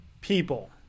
people